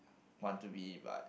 want to be but